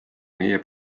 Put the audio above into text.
meie